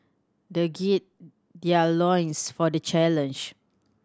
they gird their loins for the challenge